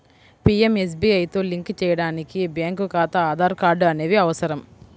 పీయంఎస్బీఐతో లింక్ చేయడానికి బ్యేంకు ఖాతా, ఆధార్ కార్డ్ అనేవి అవసరం